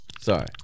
Sorry